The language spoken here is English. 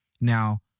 Now